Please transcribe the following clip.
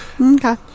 Okay